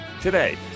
today